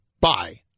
Bye